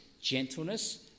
gentleness